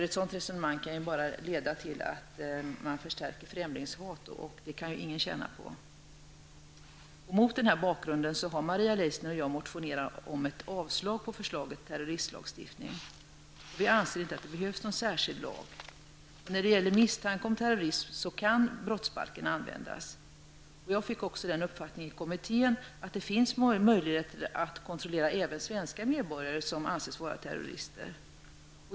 Ett sådant resonemang kan bara leda till att man förstärker främlingshat, och det kan ingen tjäna på. Mot den här bakgrunden har Maria Leissner och jag motionerat om ett avslag på förslaget till terroristlagstiftning. Vi anser att det inte behövs någon särskild lag. När det gäller misstanke om terrorism kan brottsbalken användas. Jag fick i kommittén uppfattningen att det finns möjligheter att kontrollera även svenska medborgare som anses vara terrorister.